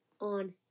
on